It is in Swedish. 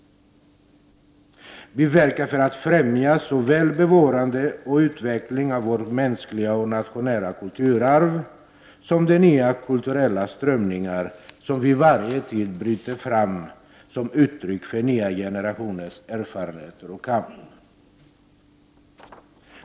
Vi verkar för att främja såväl bevarandet och utvecklingen av vårt mänskliga och nationella kulturarv som de nya kulturella strömningar som vid varje tid bryter fram som uttryck för nya generationers erfarenheter och kamp.